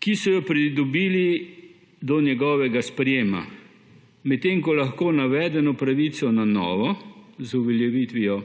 ki so jo pridobili do njegovega sprejetja, medtem ko lahko navedeno pravico na novo, z uveljavitvijo